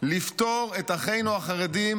לפטור את אחינו החרדים